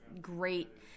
great